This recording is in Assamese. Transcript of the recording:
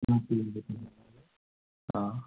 অঁ